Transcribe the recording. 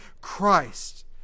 Christ